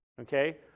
Okay